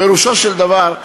פירושו של דבר,